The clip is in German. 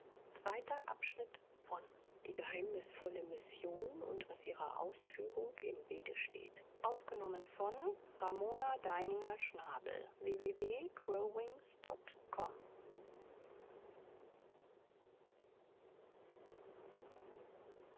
die geheimnisvolle mission und was ihrer ausführung im wege steht